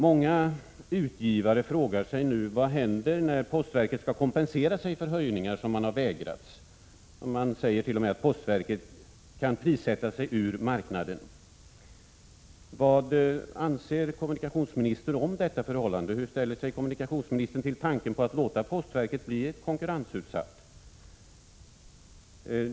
Många utgivare frågar sig nu: Vad händer när postverket skall kompensera sig för höjningar som man vägrats? Man kan t.o.m. säga att postverket prissätter sig ur marknaden. Vad anser kommunikationsministern om det förhållandet? Hur ställer sig kommunikationsministern till tanken på att låta postverket bli konkurrensutsatt?